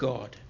God